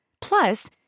Plus